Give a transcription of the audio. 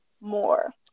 more